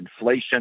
inflation